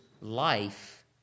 life